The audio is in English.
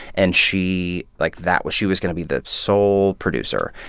and she like, that was she was going to be the sole producer.